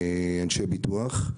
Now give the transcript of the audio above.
אנשי ביטוח.